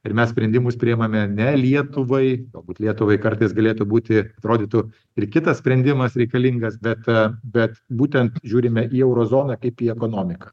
ir mes sprendimus priimame ne lietuvai galbūt lietuvai kartais galėtų būti atrodytų ir kitas sprendimas reikalingas bet bet būtent žiūrime į euro zoną kaip į ekonomiką